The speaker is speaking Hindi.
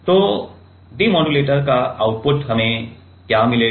तो डिमोडुलेटर का आउटपुट हमें क्या मिलेगा